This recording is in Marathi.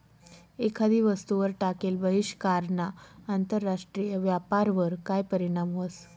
एखादी वस्तूवर टाकेल बहिष्कारना आंतरराष्ट्रीय व्यापारवर काय परीणाम व्हस?